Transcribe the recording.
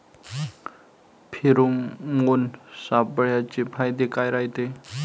Pheromone सापळ्याचे फायदे काय रायते?